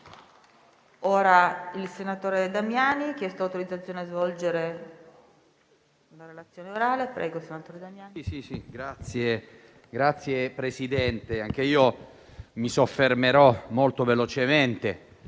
Signor Presidente, anche io mi soffermerò molto velocemente